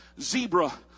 zebra